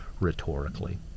rhetorically